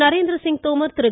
Narendra Singh Tomar Thiru